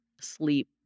sleep